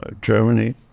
Germany